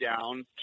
down